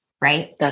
right